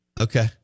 Okay